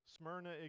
Smyrna